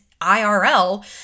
IRL